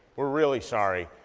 we're really sorry.